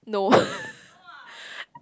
no